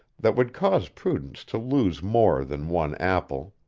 that would cause prudence to lose more than one apple.